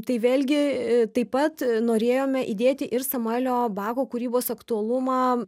tai vėlgi taip pat norėjome įdėti ir samuelio bako kūrybos aktualumą